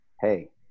hey